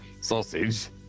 Sausage